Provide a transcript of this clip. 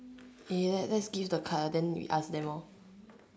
yes let's give the card then we ask them hor